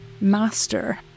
master